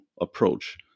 approach